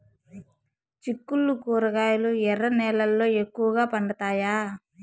చిక్కుళ్లు కూరగాయలు ఎర్ర నేలల్లో ఎక్కువగా పండుతాయా